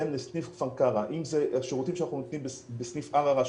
לסניף כפר קרע אם זה השירותים שאנחנו נותנים בסניף ערערה,